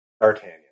D'Artagnan